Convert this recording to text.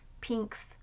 pinks